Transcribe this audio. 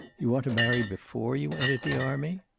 you want to marry before you enter the army?